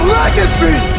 legacy